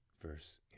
verse